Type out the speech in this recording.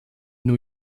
new